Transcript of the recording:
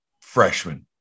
freshman